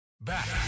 Back